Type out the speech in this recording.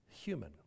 human